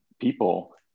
people